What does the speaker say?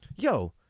Yo